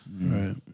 Right